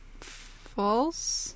False